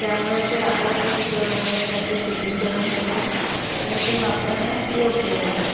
त्यामुळे ते आपोआपच त्याचं शुद्धीकरण होतं आणि ते वापरण्यास योग्य होतं